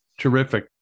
terrific